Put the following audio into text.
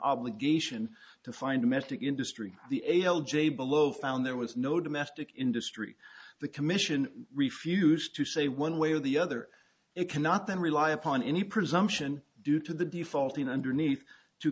obligation to find a method to industry the a l j below found there was no domestic industry the commission refused to say one way or the other it cannot then rely upon any presumption due to the defaulting underneath to